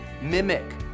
mimic